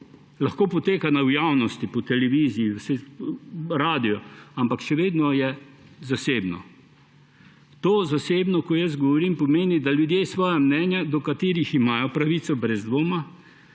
Lahko poteka v javnosti, po televiziji, na radiu, ampak še vedno je zasebno. To zasebno, o katerem jaz govorim, pomeni, da ljudje svoja mnenja, do katerih imajo pravico, brez dvoma,